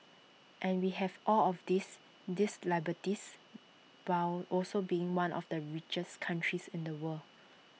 and we have all of these these liberties while also being one of the richest countries in the world